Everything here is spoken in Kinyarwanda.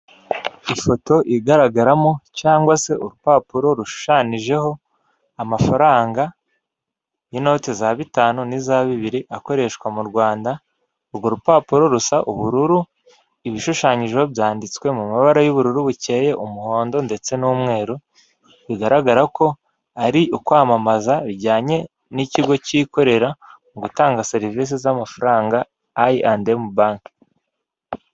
Ifoto igaragaramo cyangwa se urupapuro rushushanijeho amafaranga y'inote za bitanu n'iza bibiri akoreshwa mu Rwanda, urwo rupapuro rusa ubururu, ibishushanyijeho byanditswe mu mabara y'ubururu bukeye, umuhondo ndetse n'umweru, bigaragara ko ari ukwamamaza bijyanye n'ikigo cyikorera mu gutanga serivisi z'amafaranga, I&M bank.